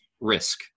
risk